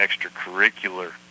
extracurricular